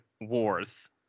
Wars